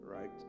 right